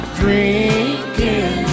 drinking